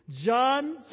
John